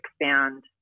expand